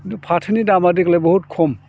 खिन्थु फाथोनि दामआ देग्लाय बहुत खम